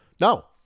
No